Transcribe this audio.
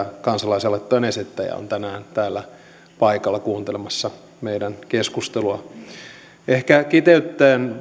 kansalaisaloitteen esittäjä on tänään täällä paikalla kuuntelemassa meidän keskusteluamme ehkä kiteyttäen